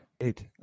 Eight